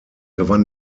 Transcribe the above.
gewann